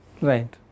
Right